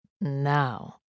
Now